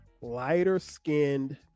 lighter-skinned